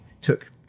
took